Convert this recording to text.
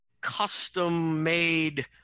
custom-made